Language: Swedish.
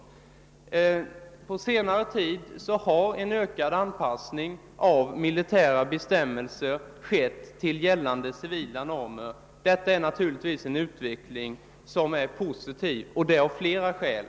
Under senare tid har det skett en större anpassning av de militära bestämmelserna till gällande civila normer, vilket naturligtvis innebär en positiv utveckling, och detta av flera skäl.